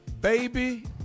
Baby